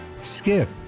skip